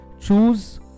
choose